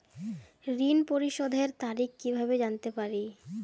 ঋণ পরিশোধের তারিখ কিভাবে জানতে পারি?